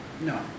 no